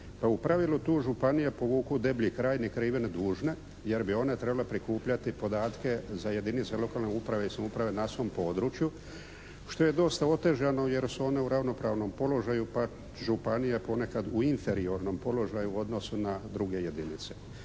u pravilu tu županije povuku deblji kraj ni krive ni dužne, jer bi one trebale prikupljati podatke za jedinice lokalne uprave i samouprave na svom području što je dosta otežano jer su one u ravnopravnom položaju pa županija je ponekad u inferiornom položaju u odnosu na druge jedinice.